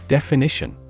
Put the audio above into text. Definition